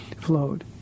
flowed